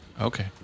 Okay